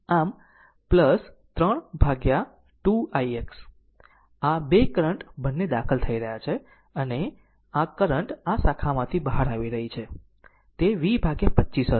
આમ 3 ભાગ્યા 2 ix આ 2 કરંટ બંને દાખલ થઈ રહ્યા છે અને આ કરંટ આ શાખામાંથી બહાર આવી રહી છે તે V 25 હશે